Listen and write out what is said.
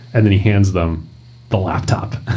and then he hands them the laptop.